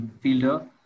fielder